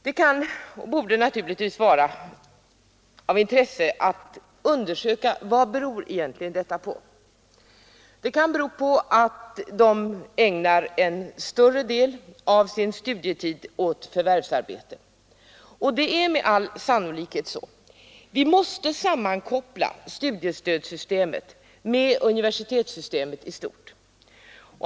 Det borde naturligtvis vara av intresse att undersöka vad detta egentligen beror på. Det kan bero på att dessa studenter ägnar en större del av sin studietid åt förvärvsarbete, och det är med all sannolikhet så. Vi måste också sammankoppla studiestödssystemet med universitetssystemet i stort.